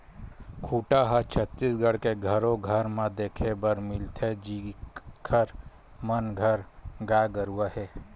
खूटा ह छत्तीसगढ़ के घरो घर म देखे बर मिलथे जिखर मन घर गाय गरुवा हे